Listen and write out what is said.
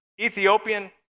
Ethiopian